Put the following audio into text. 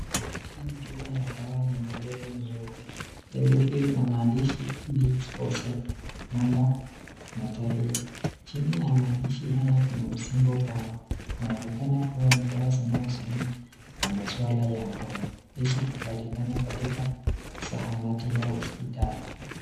Hili ni chupa la dawa yenye lebo nyeupe, Lebo hiyo inamaandishi need for sex na mba tarehe, chini ya maandishi haya Kuna msimpo pawa, inaonekana kuwa ni dawa zinayohusiana na maswala ya ngono, hizi hupatikana katika zahanati au hospitali.